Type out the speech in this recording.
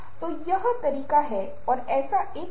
यहाँ आक्रामकता प्रदर्शित की जा रही है